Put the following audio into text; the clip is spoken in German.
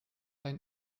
ein